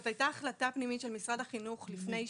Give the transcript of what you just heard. זאת הייתה החלטה פנימית של משרד החינוך לפני שנה,